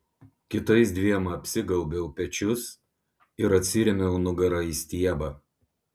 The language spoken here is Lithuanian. kitais dviem apsigaubiau pečius ir atsirėmiau nugara į stiebą